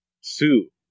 sue